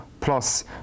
plus